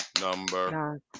number